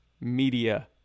Media